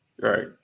Right